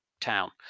town